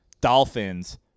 Dolphins